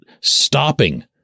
stopping